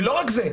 ולא רק זה,